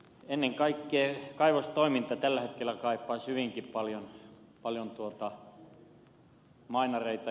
ennen kaikkea kaivostoiminta tällä hetkellä kaipaisi hyvinkin paljon mainareita